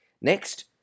Next